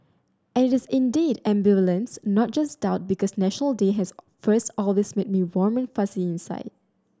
and it is indeed ambivalence not just doubt because National Day has first always made me warm and fuzzy inside